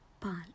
Pal